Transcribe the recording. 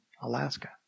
Alaska